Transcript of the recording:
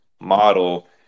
model